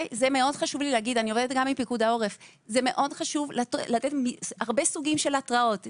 זה מאוד חשוב לתת הרבה סוגים של התרעות.